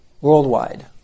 worldwide